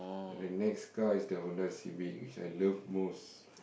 and then next car is the Honda-Civic which I love most